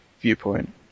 viewpoint